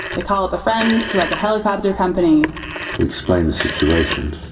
they call up a friend who has a helicopter company we explained the situation.